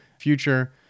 future